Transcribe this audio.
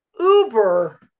uber